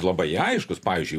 labai aiškus pavyzdžiui